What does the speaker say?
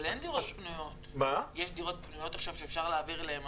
יש דירות פנויות עכשיו שאפשר להעביר אליהן אנשים?